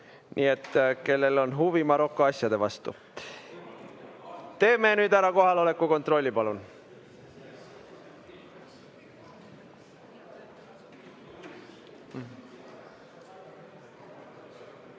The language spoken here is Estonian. Nii et kellel on huvi Maroko asjade vastu[, tulge]. Teeme nüüd ära kohaloleku kontrolli, palun! Tere